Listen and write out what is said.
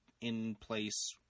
in-place